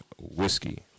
Whiskey